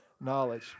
knowledge